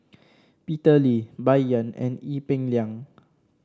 Peter Lee Bai Yan and Ee Peng Liang